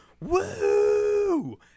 woo